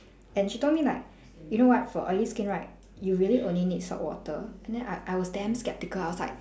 and she told me like you know what for oily skin right you really only need saltwater and then I I was damn skeptical I was like